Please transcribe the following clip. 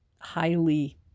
highly